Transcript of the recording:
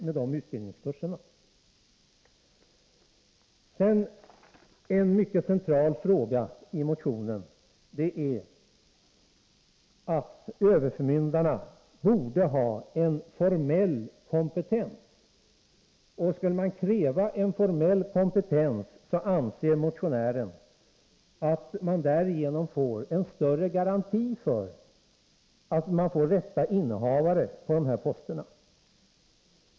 En mycket central fråga i motionen är att överförmyndarna bör ha formell kompetens. Med krav på formell kompetens får man enligt motionären större garanti för rätta innehavare på dessa poster.